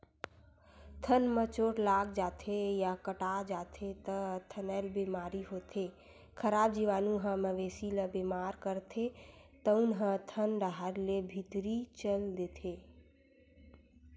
थन म चोट लाग जाथे या कटा जाथे त थनैल बेमारी होथे, खराब जीवानु ह मवेशी ल बेमार करथे तउन ह थन डाहर ले भीतरी चल देथे